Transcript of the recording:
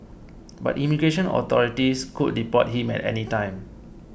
but immigration authorities could deport him at any time